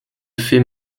fait